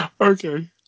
Okay